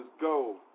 go